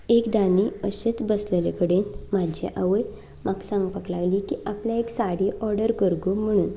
एकदां न्ही अशेंच बसलेले कडेन म्हजी आवय म्हाका सांगपाक लागली की आपल्याक एक साडी ऑर्डर कर गो म्हणून